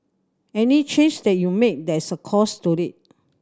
any change that you make there is a cost to it